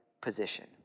position